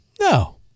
No